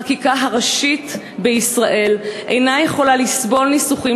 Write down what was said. החקיקה הראשית בישראל אינה יכולה לסבול ניסוחים